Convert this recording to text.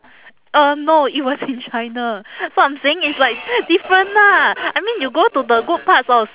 uh no it was in china so I'm saying it's like different lah I mean you go to the good parts of